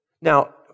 Now